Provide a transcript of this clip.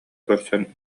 көрсөн